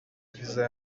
viza